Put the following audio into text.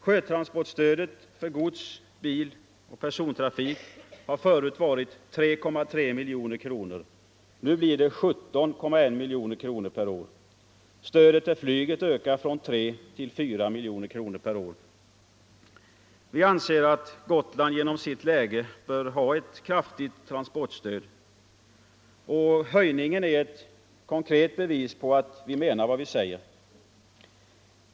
Sjötransportstödet för gods-, biloch persontrafik har förut varit 3,3 miljoner kronor. Nu blir det 17,1 miljoner per år. Stödet till flyget ökar från 3 miljoner till 4 miljoner kronor per år. Vi anser att Gotland genom sitt läge bör ha ett kraftigt transportstöd. Och höjningen nu är ett konkret bevis på att vi menar vad vi säger.